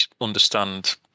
understand